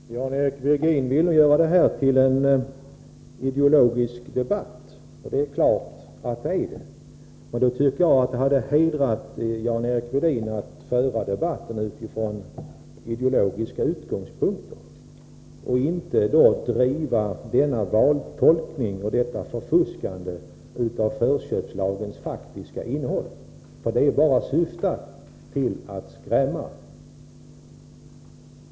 Herr talman! Jan-Eric Virgin vill göra det här till en ideologisk debatt, och det är klart att det är det. Då tycker jag att det hade hedrat Jan-Eric Virgin att föra debatten utifrån ideologiska utgångspunkter i stället för att vantolka och förvanska förköpslagens faktiska innehåll, för det syftar bara till att skrämma.